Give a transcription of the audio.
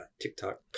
TikTok